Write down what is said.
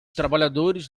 trabalhadores